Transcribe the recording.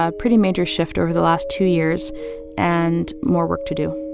ah pretty major shift over the last two years and more work to do